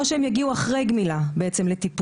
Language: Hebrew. או שהם יגיעו אחרי גמילה לטיפול.